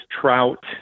trout